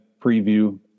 preview